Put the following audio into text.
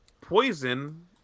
poison